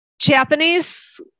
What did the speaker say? Japanese